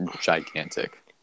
gigantic